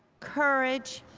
courage,